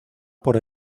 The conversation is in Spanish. por